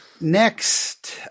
Next